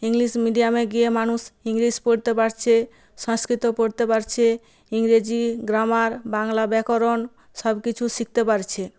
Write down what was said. English মিডিয়ামে গিয়ে মানুষ ইংলিশ পড়তে পারছে সংস্কৃত পড়তে পারছে ইংরেজি গ্রামার বাংলা ব্যাকরণ সব কিছু শিখতে পারছে